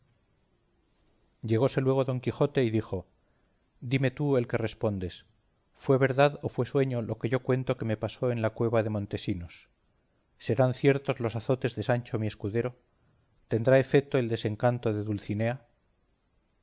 llegóse luego don quijote y dijo dime tú el que respondes fue verdad o fue sueño lo que yo cuento que me pasó en la cueva de montesinos serán ciertos los azotes de sancho mi escudero tendrá efeto el desencanto de dulcinea